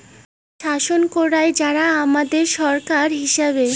শাসন করাং যারা হামাদের ছরকার হিচাবে